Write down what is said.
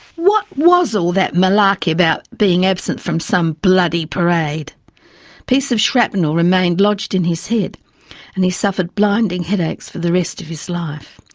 what was all that malarkey about being absent from some bloody parade? a piece of shrapnel remained lodged in his head and he suffered blinding headaches for the rest of his life.